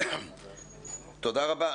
תודה רבה.